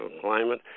climate